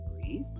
breathe